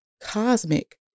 cosmic